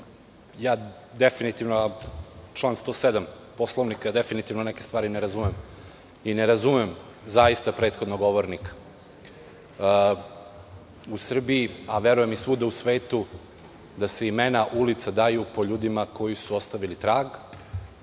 definitivno, član 107. Poslovnika, neke stvari ne razumem i ne razumem prethodnog govornika. U Srbiji, a verujem i svuda u svetu imena ulica se daju po ljudima koji su ostavili trag,